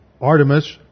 Artemis